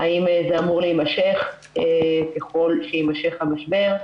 האם הם אמורים להימשך ככל שיימשך המשבר?